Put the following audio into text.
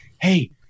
hey